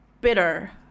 bitter